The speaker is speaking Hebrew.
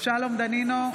שלום דנינו,